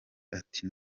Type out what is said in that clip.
ati